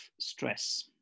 stress